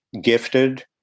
gifted